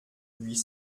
huit